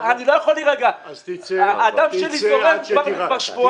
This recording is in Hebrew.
אני לא יכול להירגע, הדם שלי זורם כבר שבועיים.